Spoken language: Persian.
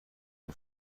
پول